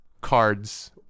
cards